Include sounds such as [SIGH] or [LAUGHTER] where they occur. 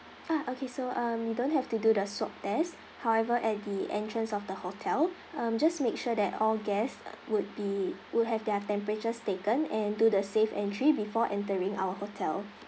ah okay so um we don't have to do the swab test however at the entrance of the hotel [BREATH] um just make sure that all guests would be would have their temperatures taken and do the safe entry before entering our hotel